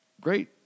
great